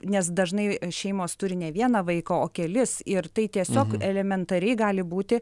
nes dažnai šeimos turi ne vieną vaiką o kelis ir tai tiesiog elementariai gali būti